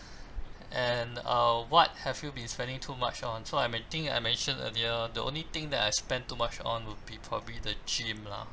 and uh what have you been spending too much on so I may think I mentioned earlier on the only thing that I spend too much on would be probably the gym lah